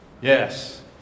Yes